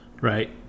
right